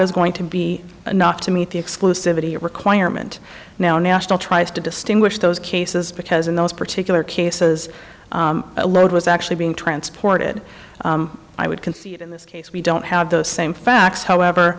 is going to be enough to meet the exclusivity requirement now national tries to distinguish those cases because in those particular cases a load was actually being transported i would concede in this case we don't have the same facts however